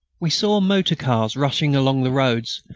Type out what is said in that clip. we saw motor cars rushing along the roads,